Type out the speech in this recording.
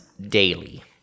daily